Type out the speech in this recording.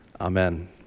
amen